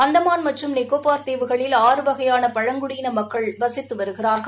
அந்தமான் மற்றும் நிகோபார் தீவுகளில் ஆறு வகையாள பழங்குடியின மக்கள் வசித்து வருகிறார்கள்